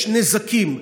יש נזקים.